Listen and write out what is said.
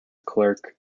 clerk